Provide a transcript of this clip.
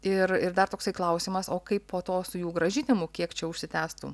ir ir dar toksai klausimas o kaip po to su jų grąžinimu kiek čia užsitęstų